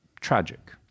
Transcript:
tragic